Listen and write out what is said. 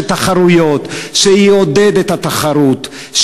של תחרויות,